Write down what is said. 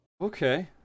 Okay